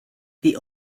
the